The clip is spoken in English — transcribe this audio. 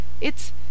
It's